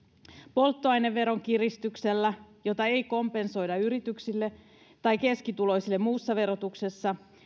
polttoaineveron kiristyksellä jota ei kompensoida yrityksille tai keskituloisille muussa verotuksessa